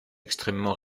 extrêmement